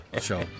show